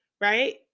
Right